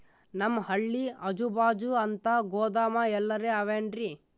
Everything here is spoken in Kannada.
ನಮ್ ಹಳ್ಳಿ ಅಜುಬಾಜು ಅಂತ ಗೋದಾಮ ಎಲ್ಲರೆ ಅವೇನ್ರಿ?